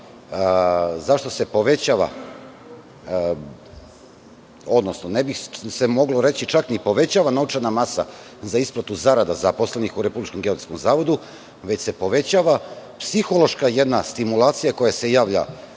zašto se povećava, odnosno ne bi se moglo reći čak ni povećava, novčana masa za isplatu zarada zaposlenih u Republičkom geodetskom zavodu, već se povećava psihološka jedna stimulacija koja se javlja